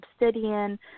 obsidian